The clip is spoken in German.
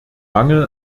mangel